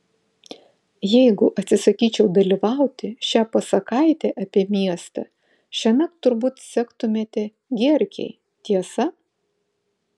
jeigu atsisakyčiau dalyvauti šią pasakaitę apie miestą šiąnakt turbūt sektumėte gierkei tiesa